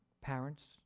parents